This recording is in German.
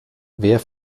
wer